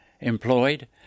employed